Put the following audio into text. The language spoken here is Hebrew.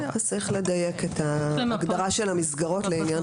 צריך לדייק את ההגדרה של המסגרות לעניין